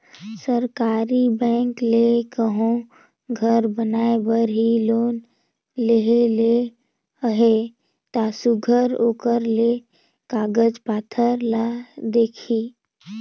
सरकारी बेंक ले कहों घर बनाए बर ही लोन लेहे ले अहे ता सुग्घर ओकर ले कागज पाथर ल देखही